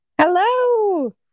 hello